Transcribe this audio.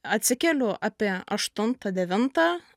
atsikeliu apie aštuntą devintą